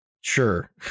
sure